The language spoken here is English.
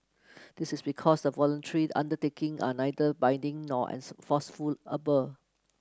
this is because the voluntary undertaking are neither binding nor enforceable